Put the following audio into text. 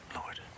Lord